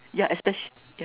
yeah especially